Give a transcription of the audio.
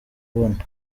ubona